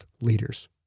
leaders